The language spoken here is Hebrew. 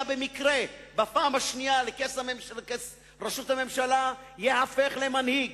במקרה בפעם השנייה לכס ראשות הממשלה למנהיג.